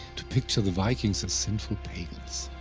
to picture the vikings as sinful pagans.